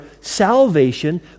salvation